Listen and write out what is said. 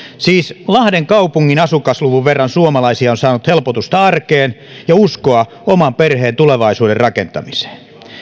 siis lahden kaupungin asukasluvun verran suomalaisia on saanut helpotusta arkeen ja uskoa oman perheen tulevaisuuden rakentamiseen